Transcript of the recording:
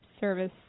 service